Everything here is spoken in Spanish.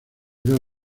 dos